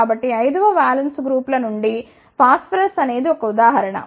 కాబట్టి 5 వ valence group ల నుండి ఫాస్స్ఫరస్ అనేది ఒక ఉదాహరణ